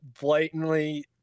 blatantly